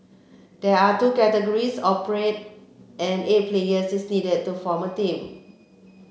there are two categories Corporate and eight players is needed to form a team